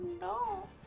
no